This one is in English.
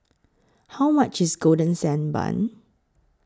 How much IS Golden Sand Bun